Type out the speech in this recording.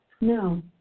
No